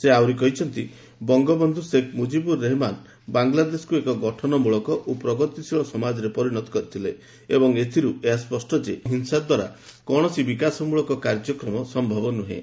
ସେ ଆହୁରି କହିଛନ୍ତି ବଙ୍ଗବନ୍ଧୁ ଶେଖ୍ ମୁଜିବୁର ରହେମନ ବାଂଲାଦେଶକୁ ଏକ ଗଠନମୂଳକ ଓ ପ୍ରଗତିଶୀଳ ସମାଜରେ ପରିଣତ କରିଥିଲେ ଏବଂ ଏଥିରୁ ଏହା ସ୍ୱଷ୍ଟ ଯେ ନକାରାତ୍ମକ ବିଚାର ଏବଂ ହିଂସା ଦ୍ୱାରା କୌଣସି ବିକାଶମୂଳକ କାର୍ଯ୍ୟକ୍ରମ ସମ୍ଭବ ନୁହେଁ